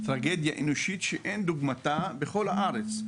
טרגדיה אנושית שאין כדוגמתה בכל הארץ,